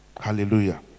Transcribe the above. Hallelujah